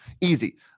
Easy